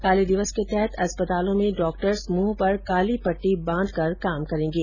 काले दिवस के तहत अस्पतालों में डॉक्टर्स मुंह पर काली पट्टी बांधकर काम करेंगे